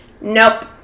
Nope